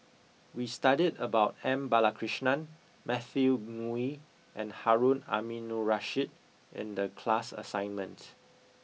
we studied about M Balakrishnan Matthew Ngui and Harun Aminurrashid in the class assignment